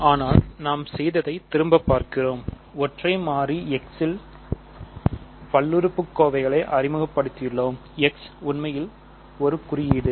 ஆனால் நாம் செய்ததை திரும்ப பார்க்கிறோம் ஒற்றை மாறி x இல் பல்லுறுப்புக்கோவைகளை அறிமுகப்படுத்தியுள்ளோம் x உண்மையில் ஒரு குறியீடு